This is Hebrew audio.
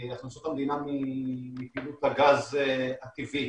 המדינה מפעילות בגז הטבעי.